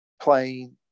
playing